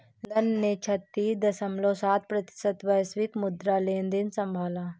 London ने छत्तीस दश्मलव सात प्रतिशत वैश्विक मुद्रा लेनदेन संभाला